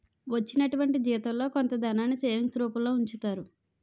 వచ్చినటువంటి జీవితంలో కొంత ధనాన్ని సేవింగ్స్ రూపంలో ఉంచుతారు